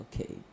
Okay